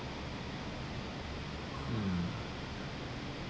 mm